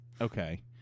Okay